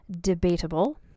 debatable